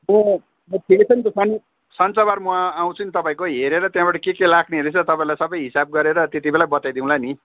ए ठिकै छ नि त शनि सन्चबार म आउँछु नि तपाईँको हेरेर त्यहाँबाट के के लाग्ने रहेछ तपाईँलाई सबै हिसाब गरेर त्यतिबेला बताइदिउँला नि